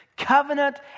covenant